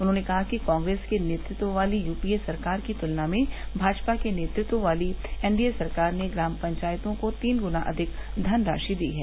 उन्होंने कहा कि कांग्रेस के नेतृत्व वाली यूपीए सरकार की तुलना में भाजपा के नेतृत्व वाली एनडीए सरकार ने ग्राम पंचायतों को तीन ग्ना अधिक धनराशि दी है